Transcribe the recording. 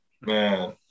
man